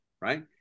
right